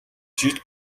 жил